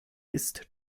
ist